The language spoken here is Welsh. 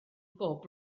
bob